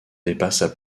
dépassent